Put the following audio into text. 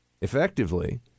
effectively